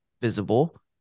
visible